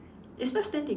it's not standing